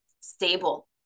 stable